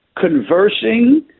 conversing